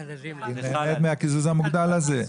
היא מקבלת מהקיזוז המוגדל הזה.